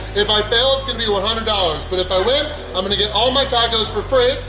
if i fail, it's gonna be one hundred dollars, but if i win i'm gonna get all my tacos for free,